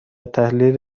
تحلیل